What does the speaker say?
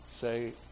say